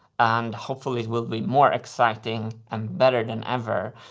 and, hopefully, it will be more exciting and better than ever.